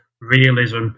realism